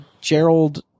Gerald